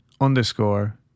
underscore